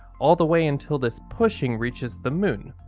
all the way until this pushing reaches the moon.